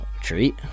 Treat